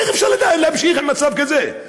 איך אפשר להמשיך עם מצב כזה?